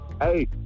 Hey